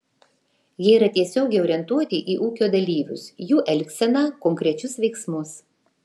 jie yra tiesiogiai orientuoti į ūkio dalyvius jų elgseną konkrečius veiksmus